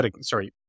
sorry